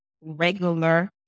regular